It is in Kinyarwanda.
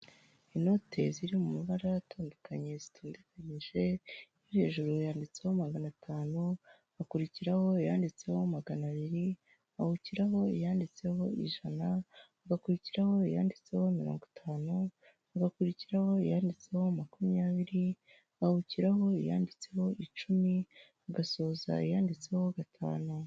Inote ziri mu mabara atandukanye zitondekanyije iyo hejuru yanditseho magana atanu hakurikiraho iyanditseho magana abiri hagakurikiraho iyanditseho ijana hagakurikiraho iyanditseho mirongo itanu hagakurikiraho iyanditseho makumyabiri hagakurikiraho iyanditseho icumi hagasoza iyanditseho gatanu .